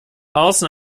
außen